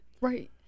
Right